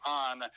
on